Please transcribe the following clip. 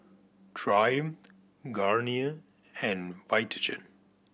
Triumph Garnier and Vitagen